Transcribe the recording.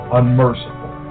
unmerciful